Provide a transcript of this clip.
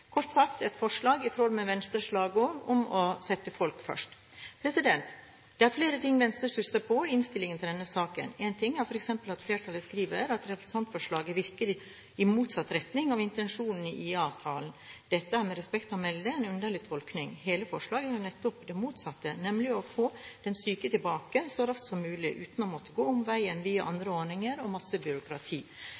Kort sagt: et forslag i tråd med Venstres slagord om å sette folk først. Det er flere ting Venstre stusser over i innstillingen til denne saken. Én ting er f.eks. at flertallet skriver at representantforslaget virker i motsatt retning av intensjonene i IA-avtalen. Dette er med respekt å melde en underlig tolkning. Hele forslaget går jo nettopp ut på det motsatte, nemlig å få den syke tilbake så raskt som mulig uten å måtte gå omveier via